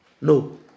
No